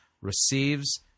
receives